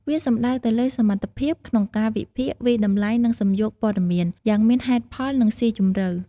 វាសំដៅទៅលើសមត្ថភាពក្នុងការ វិភាគ វាយតម្លៃ និងសំយោគព័ត៌មាន យ៉ាងមានហេតុផល និងស៊ីជម្រៅ។